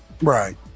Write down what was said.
Right